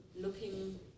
looking